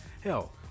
Hell